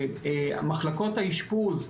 מחלקות האשפוז,